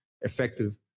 effective